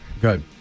Good